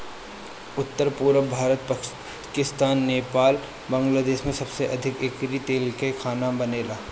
उत्तर, पुरब भारत, पाकिस्तान, नेपाल, बांग्लादेश में सबसे अधिका एकरी तेल में खाना बनेला